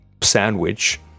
sandwich